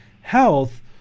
health